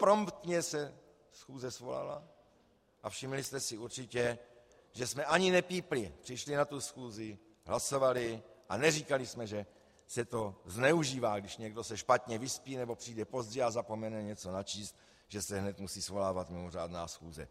Promptně se schůze svolala a všimli jste si určitě, že jsme ani nepípli, přišli na tu schůzi, hlasovali a neříkali jsme, že se to zneužívá, když se někdo špatně vyspí nebo přijde pozdě a zapomene něco načíst, že se hned musí svolávat mimořádná schůze.